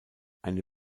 eine